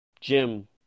Jim